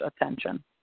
attention